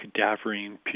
cadaverine